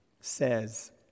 says